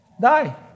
Die